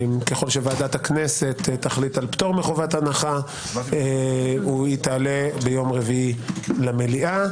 ככל שוועדת הכנסת תחליט על פטור מוועדת הנחה - תעלה ביום רביעי למליאה,